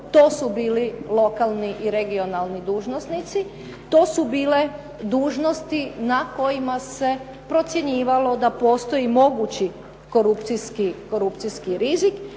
to su bili lokalni i regionalni dužnosnici, to su bile dužnosti na kojima se procjenjivalo da postoji mogući korupcijski rizik